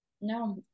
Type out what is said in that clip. No